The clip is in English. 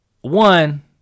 one